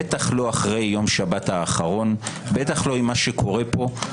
בטח לא אחרי השבת האחרונה, בטח לא עם מה שקורה פה.